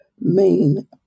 main